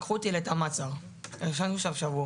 לקחו אותי לתא מעצר, ישנו שם שבוע